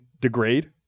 degrade